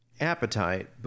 appetite